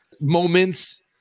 moments